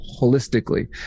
holistically